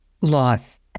loss